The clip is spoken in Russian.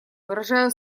выражаю